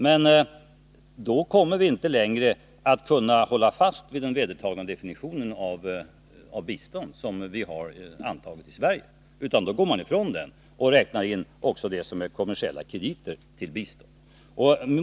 Men då kommer vi inte längre att kunna hålla fast vid den vedertagna definition av begreppet bistånd som vi har antagit i Sverige, utan då går man ifrån den och räknar in i biståndet också det som är kommersiella krediter.